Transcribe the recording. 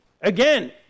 Again